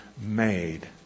made